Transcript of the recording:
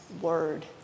word